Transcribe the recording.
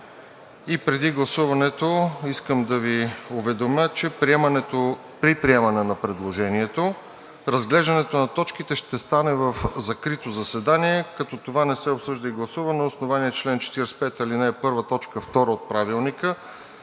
Преди гласуването искам да Ви уведомя, че при приемане на предложението разглеждането на точките ще стане в закрито заседание, като това не се обсъжда и гласува на основание чл. 45, ал. 1, т. 2 от Правилника,